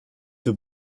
two